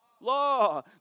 Law